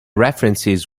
references